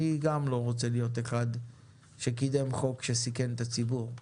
אני גם לא רוצה להיות אחד שקידם חוק שסיכן את הציבור.